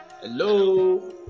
Hello